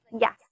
yes